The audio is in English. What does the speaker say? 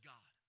God